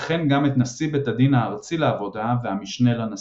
וכן גם את נשיא בית הדין הארצי לעבודה והמשנה לנשיא.